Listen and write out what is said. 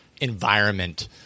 environment